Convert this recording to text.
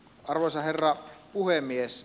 arvoisa herra puhemies